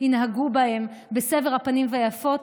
ינהגו בהם בסבר פנים יפות,